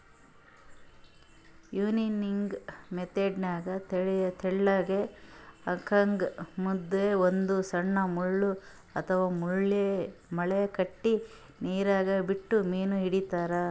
angling ಮೆಥೆಡ್ನಾಗ್ ತೆಳ್ಳಗ್ ಹಗ್ಗಕ್ಕ್ ಮುಂದ್ ಒಂದ್ ಸಣ್ಣ್ ಮುಳ್ಳ ಅಥವಾ ಮಳಿ ಕಟ್ಟಿ ನೀರಾಗ ಬಿಟ್ಟು ಮೀನ್ ಹಿಡಿತಾರ್